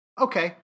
okay